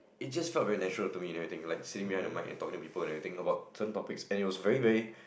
it just felt very natural to me and everything like sitting behind the mic and talking to people and everything about certain topics and it was very very